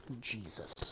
Jesus